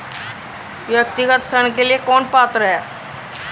व्यक्तिगत ऋण के लिए कौन पात्र है?